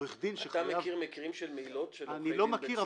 --- אתה מכיר מקרים של מעילות של עורכי דין בכספים --- אני לא מכיר,